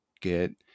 get